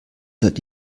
seit